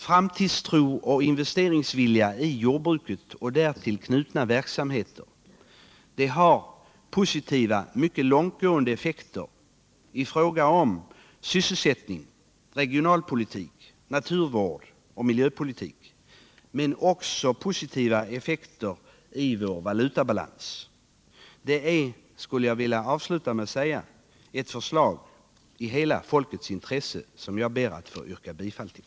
Framtidstro och investeringsvilja i jordbruket och därtill knutna verksamheter har positiva, mycket långtgående effekter i fråga om sysselsättning, regionalpolitik, naturvård och miljöpolitik, men också positiva effekter i vår valutabalans. Det är ett förslag i hela folkets intresse, som jag nu ber att få yrka bifall till.